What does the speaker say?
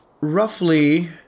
roughly